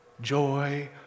Joy